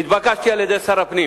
נתבקשתי על-ידי שר הפנים